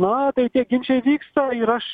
na tai tie ginčai vyksta ir aš